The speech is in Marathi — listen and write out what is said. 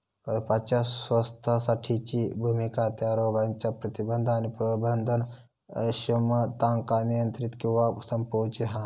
कळपाच्या स्वास्थ्यासाठीची भुमिका त्या रोगांच्या प्रतिबंध आणि प्रबंधन अक्षमतांका नियंत्रित किंवा संपवूची हा